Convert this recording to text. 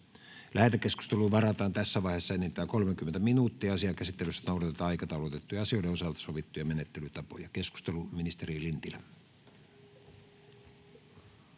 Lähetekeskusteluun varataan tässä vaiheessa enintään 30 minuuttia. Asian käsittelyssä noudatetaan aikataulutettujen asioiden osalta sovittuja menettelytapoja. — Keskustelu, ministeri Lintilä.